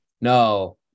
no